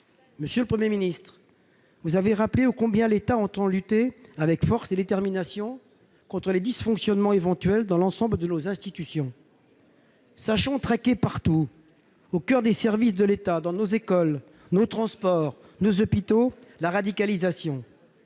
Monsieur le Premier ministre, vous avez rappelé combien l'État entend lutter avec force et détermination contre les dysfonctionnements éventuels dans l'ensemble de nos institutions. Sachons traquer la radicalisation partout, au coeur des services de l'État, dans nos écoles, nos transports ou nos hôpitaux. Pour ce faire,